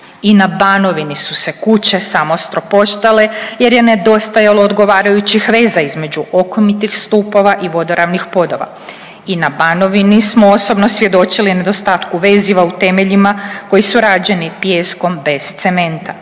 i na Banovini su se kuće samostropoštale, jer je nedostajalo odgovarajućih veza između okomitih stupova i vodoravnih podova. I na Banovini smo osobno svjedočili nedostatku veziva u temeljima koji su rađeni pijeskom bez cementa